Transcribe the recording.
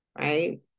right